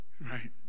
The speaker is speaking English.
right